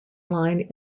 line